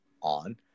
on